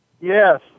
Yes